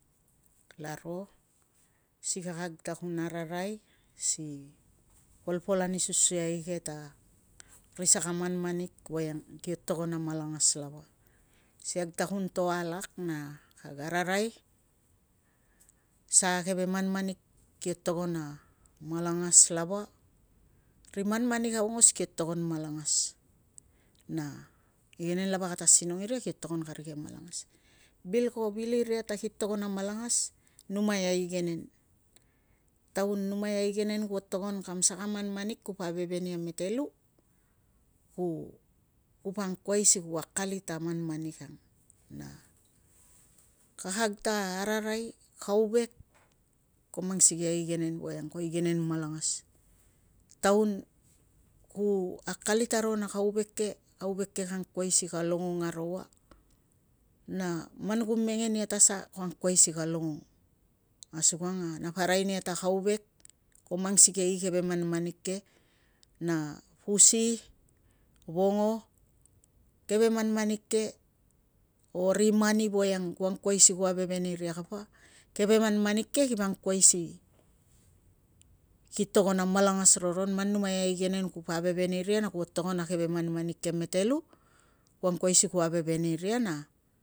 Kalaro si kakag ta kun ararai si polpol ani susuai ke ta, ri saka manmanik voiang kipo togon a malangas lava. Si kag ta kun to alak, na kag ararai, sa keve manmanik kio togon a malangas lava. Ri manmanik aungos kio togon malangas, na igenen lava kata asinong iria kio togon kari keve malangas. Bil ko vil iria ta ki togon a malangas, numai a igenen. Taun numai a igenen kuo togon kam saka manmanik kupo aiveven ia metelu, ku kupa angkuai si ku akalit a manmanik ang. Na kakag ta araraik kauvek ko mang sikei a igenen voiang ko igenen malangas. Taun ku akalit aro na kauvek ke, kauvek ke ko angkuai si longong aro ua, na man ku mengen ia ta sa, ko angkuai si longong. Asukang a napa arai nia ta kauvek ko mang sikei i keve manmanik ke. Na pusi, vongo, keve manmanik ke o ri mani voiang ku angkuai si ku aiveven iria kapa. Keve manmamik ke ki pangkuai si ki togon a malangas roron, man numai a igenen kupa aiveven iria, na kuo togon a keve manmanik ke metelu, ku angkuai si ku aiveven iria, na ku akalit iria.